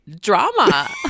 drama